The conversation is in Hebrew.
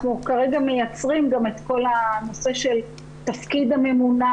אנחנו כרגע מייצרים גם את כל הנושא של תפקיד הממונה